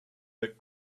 that